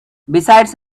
besides